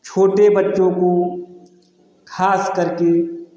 छोटे बच्चों को खास कर के